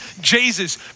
Jesus